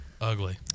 ugly